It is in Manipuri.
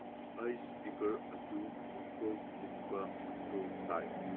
ꯑꯩꯒꯤ ꯏꯁꯄꯤꯀꯔ ꯑꯗꯨ ꯃꯈꯣꯜ ꯃꯨꯠꯄ ꯃꯊꯧ ꯇꯥꯏ